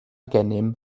gennym